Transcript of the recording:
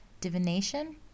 divination